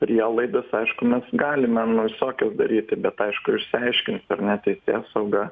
prielaidas aišku mes galime nu visokias daryti bet aišku išsiaiškins ar ne teisėsauga